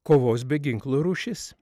kovos be ginklų rūšis